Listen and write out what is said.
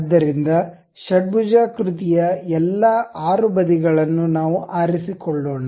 ಆದ್ದರಿಂದ ಷಡ್ಭುಜಾಕೃತಿಯ ಎಲ್ಲಾ 6 ಬದಿಗಳನ್ನು ನಾವು ಆರಿಸಿಕೊಳ್ಳೋಣ